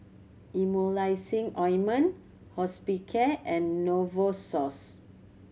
Emulsying Ointment Hospicare and Novosource